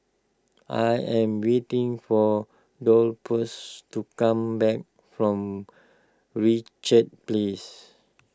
I am waiting for Dolphus to come back from Richards Place